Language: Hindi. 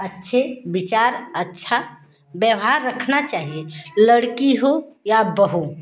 अच्छे विचार अच्छा व्यवहार रखना चाहिए लड़की हो या बहू